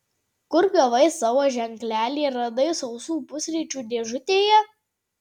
kur gavai savo ženklelį radai sausų pusryčių dėžutėje